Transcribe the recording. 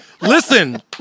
listen